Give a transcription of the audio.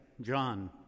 John